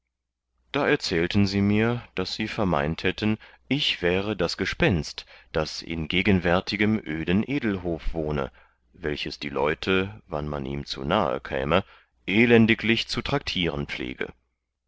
da erzählten sie mir daß sie vermeint hätten ich wäre das gespenst das in gegenwärtigem öden edelhof wohne welches die leute wann man ihm zu nahe käme elendiglich zu traktieren pflege